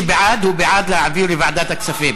הוא צודק.